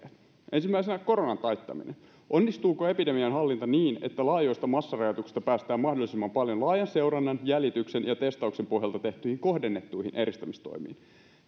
ensimmäisenä koronan taittaminen onnistuuko epidemian hallinta niin että laajoista massarajoituksista päästään mahdollisimman paljon laajan seurannan jäljityksen ja testauksen pohjalta tehtyihin kohdennettuihin eristämistoimiin